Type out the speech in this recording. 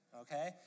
okay